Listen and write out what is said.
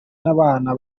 n’abana